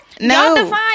No